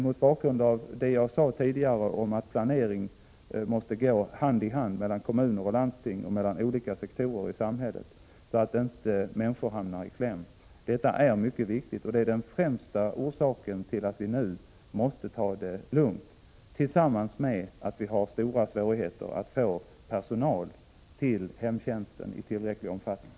Som jag tidigare sade måste planeringen ske i samverkan mellan kommuner och landsting och mellan olika sektorer i samhället så att inte människor råkar i kläm. Det är mycket viktigt och den främsta orsaken till att vi nu måste ta det lugnt. Dessutom är det stora svårigheter att få personal i tillräcklig omfattning till hemtjänsten.